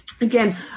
Again